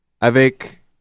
avec